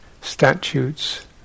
statutes